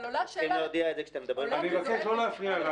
צריכים להודיע את זה כשאתם מדברים --- אני מבקש לא להפריע לה.